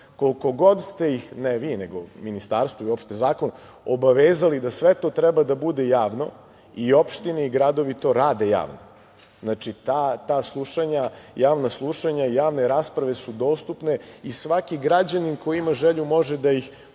koliko god ste ih, ne vi, nego ministarstvo, uopšte zakon obavezali da sve to treba da bude javno i opštine i gradovi to rade javno. Znači, javna slušanja, javne rasprave su dostupne i svaki građanin koji ima želju može da ih poseti,